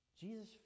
Jesus